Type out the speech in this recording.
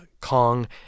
Kong